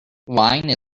wine